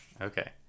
okay